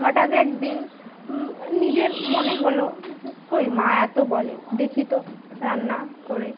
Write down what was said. হঠাৎ একদিন নিজের মনে হলো কই মা এত বলে দেখি তো রান্না করে